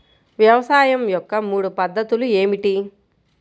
వ్యవసాయం యొక్క మూడు పద్ధతులు ఏమిటి?